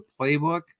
playbook